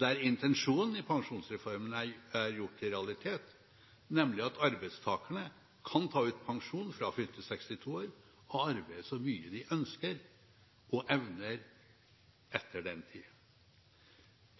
der intensjonen i pensjonsreformen er gjort til realitet, nemlig at arbeidstakerne kan ta ut pensjon fra fylte 62 år, og arbeide så mye de ønsker og evner etter den tid.